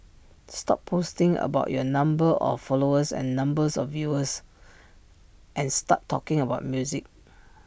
stop posting about your number of followers and numbers of views and start talking about music